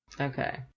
okay